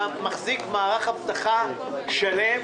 האם הוא מחזיק מערך אבטחה שלם?